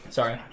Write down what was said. Sorry